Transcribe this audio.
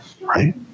right